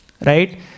Right